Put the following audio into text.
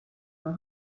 are